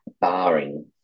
Barring